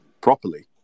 properly